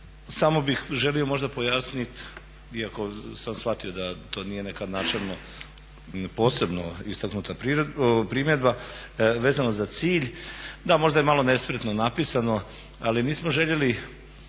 samo bih želio možda pojasniti, iako sam shvatio da to nije nekad načelno posebno istaknuta primjedba, vezano za cilj. Da, možda je malo nespretno napisano ali nismo željeli